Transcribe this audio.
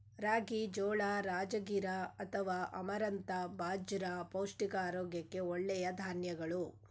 ರಾಗಿ, ಜೋಳ, ರಾಜಗಿರಾ ಅಥವಾ ಅಮರಂಥ ಬಾಜ್ರ ಪೌಷ್ಟಿಕ ಆರೋಗ್ಯಕ್ಕೆ ಒಳ್ಳೆಯ ಧಾನ್ಯಗಳು